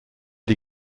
die